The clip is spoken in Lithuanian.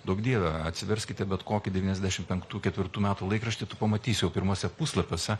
duok dieve atsiverskite bet kokį devyniasdešim penktų ketvirtų metų laikraštį tu pamatysi jau pirmuose puslapiuose